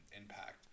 impact